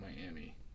Miami